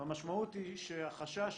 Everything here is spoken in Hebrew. והמשמעות היא שהחשש